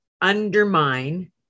undermine